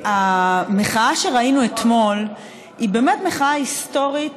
המחאה שראינו אתמול היא באמת מחאה היסטורית